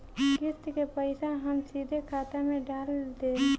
किस्त के पईसा हम सीधे खाता में डाल देम?